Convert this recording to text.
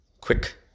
quick